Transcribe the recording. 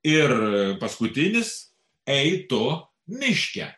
ir paskutinis ei tu miške